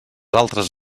altres